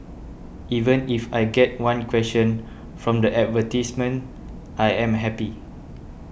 even if I get one question from the advertisements I am happy